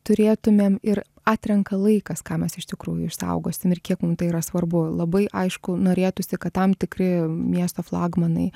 turėtumėm ir atrenka laikas ką mes iš tikrųjų išsaugosim ir kiek mum tai yra svarbu labai aišku norėtųsi kad tam tikri miesto flagmanai